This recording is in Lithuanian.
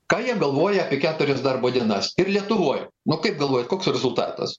ką jie galvoja apie keturias darbo dienas ir lietuvoj nu kaip galvojat koks rezultatas